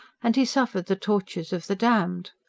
and he suffered the tortures of the damned.